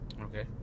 Okay